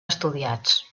estudiats